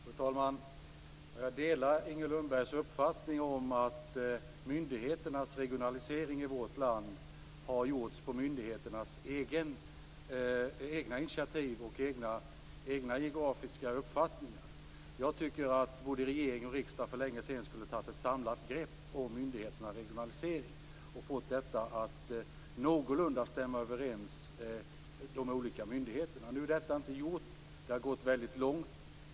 Fru talman! Jag delar Inger Lundbergs uppfattning att myndigheternas regionalisering i vårt land har gjorts på myndigheternas egna initiativ och enligt deras egna geografiska uppfattningar. Jag tycker att både regering och riksdag för länge sedan skulle ha tagit ett samlat grepp om myndigheternas regionalisering och fått detta att någorlunda stämma överens mellan de olika myndigheterna. Nu är detta inte gjort. Det har gått väldigt långt.